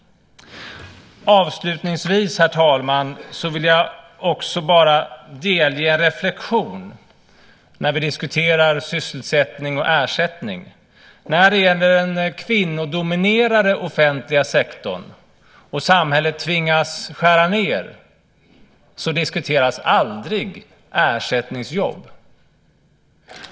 Avslutningsvis, herr talman, vill jag bara delge en reflexion när vi diskuterar sysselsättning och ersättning. När det gäller den kvinnodominerade offentliga sektorn och samhället tvingas skära ned diskuteras aldrig ersättningsjobb.